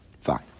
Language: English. Fine